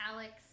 Alex